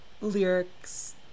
lyrics